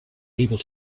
able